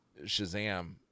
Shazam